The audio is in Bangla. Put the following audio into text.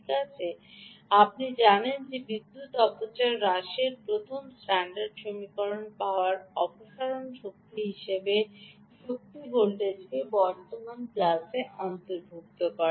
ঠিক আছে আপনি জানেন যে বিদ্যুৎ অপচয় হ্রাসের প্রথম স্ট্যান্ডার্ড সমীকরণ পাওয়ার অপসারণ স্থির শক্তি ভোল্টেজকে বর্তমান প্লাসে অন্তর্ভুক্ত করে